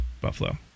Buffalo